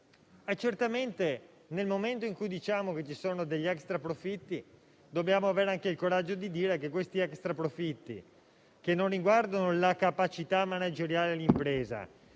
Certamente, nel momento in cui diciamo che ci sono degli extraprofitti, dobbiamo avere anche il coraggio di dire che tali profitti, che riguardano non la capacità manageriale delle imprese,